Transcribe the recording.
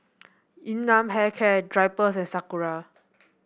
Yun Nam Hair Care Drypers and Sakura